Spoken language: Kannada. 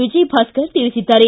ವಿಜಯಭಾಸ್ಕರ್ ತಿಳಿಸಿದ್ದಾರೆ